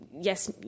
yes